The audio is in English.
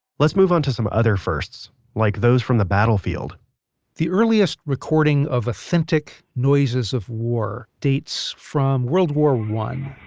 let's move on to some other firsts, like those from the battlefield the earliest recording of authentic noises of war dates from world war i.